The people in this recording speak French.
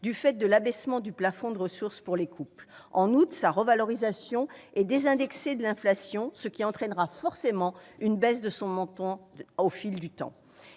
du fait de l'abaissement du plafond de ressources pour les couples. En outre, sa revalorisation est désindexée de l'inflation, ce qui entraînera forcément une baisse de son montant au fil du temps.